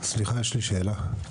יש לי שאלה.